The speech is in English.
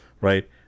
right